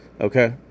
Okay